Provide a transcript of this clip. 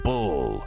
Bull